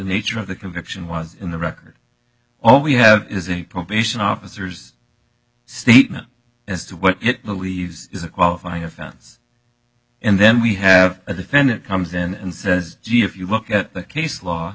nature of the conviction was in the record all we have is a probation officers statement as to what it believes is a qualifying offense and then we have a defendant comes in and says gee if you look at the case law